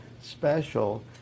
special